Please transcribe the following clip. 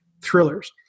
thrillers